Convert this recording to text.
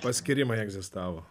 paskyrimai egzistavo